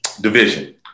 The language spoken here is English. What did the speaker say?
division